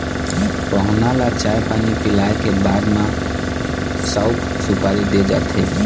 पहुना ल चाय पानी पिलाए के बाद म सउफ, सुपारी दे जाथे